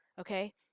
Okay